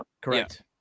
Correct